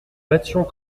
battions